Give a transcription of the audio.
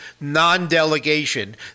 non-delegation